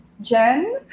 Jen